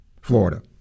Florida